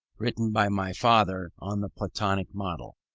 written by my father on the platonic model.